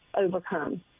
overcome